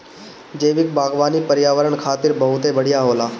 जैविक बागवानी पर्यावरण खातिर बहुत बढ़िया होला